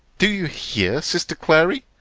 do you hear, sister clary?